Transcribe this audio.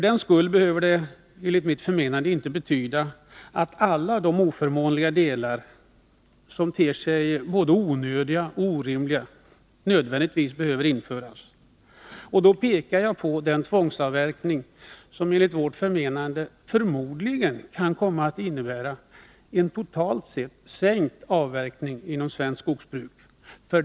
Det behöver inte betyda att alla de oförmånliga delarna — de ter sig både onödiga och orimliga — nödvändigtvis införs. Jag vill peka på t.ex. tvångsavverkningen, som enligt vårt förmenande förmodligen kan komma att innebära en totalt sett sänkt avverkning inom svenskt skogsbruk.